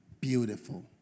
Beautiful